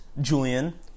Julian